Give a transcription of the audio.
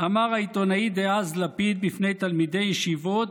אמר העיתונאי דאז לפיד בפני תלמידי ישיבות,